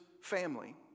family